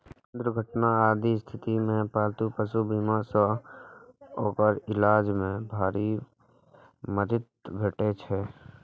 दुर्घटना आदिक स्थिति मे पालतू पशु बीमा सं ओकर इलाज मे भारी मदति भेटै छै